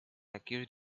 accused